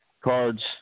cards